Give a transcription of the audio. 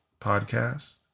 podcast